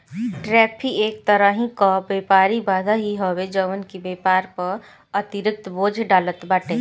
tariff एक तरही कअ व्यापारिक बाधा ही हवे जवन की व्यापार पअ अतिरिक्त बोझ डालत बाटे